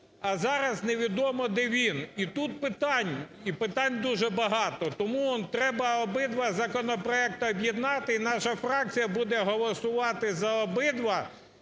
а зараз не відомо де він. І тут питання, і питань дуже багато. Тому треба обидва законопроекти об'єднати і наша фракція буде голосувати за обидва